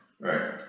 Right